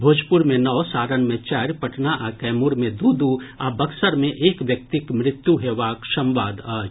भोजपुर मे नओ सारण मे चारि पटना आ कैमूर मे दू दू आ बक्सर मे एक व्यक्तिक मृत्यु होयबाक संवाद अछि